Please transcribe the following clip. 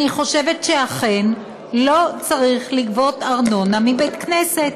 אני חושבת שאכן לא צריך לגבות ארנונה מבית-כנסת,